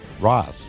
Ross